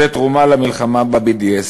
זו תרומה למלחמה ב-BDS.